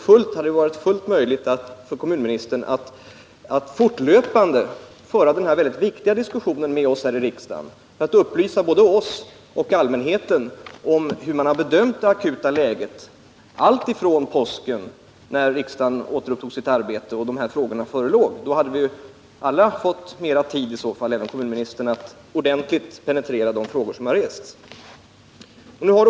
Det hade varit fullt möjligt för kommunministern att med oss här i riksdagen fortlöpande föra denna mycket viktiga diskussion, för att upplysa både oss och allmänheten om regeringens bedömning av det akuta läget. En sådan diskussion hade kunnat påbörjas efter påskhelgen, då riksdagen återupptog sitt arbete och dessa frågor förelåg. Då hade vi alla — även kommunministern — fått mer tid att ordentligt penetrera de frågor som har rests.